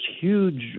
huge